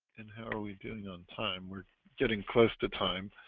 and how are we doing on time? we're getting close to time